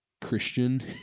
Christian